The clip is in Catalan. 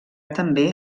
també